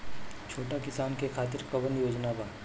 छोटा किसान के खातिर कवन योजना बा?